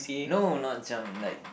no not jump like